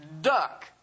duck